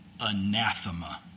anathema